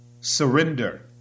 surrender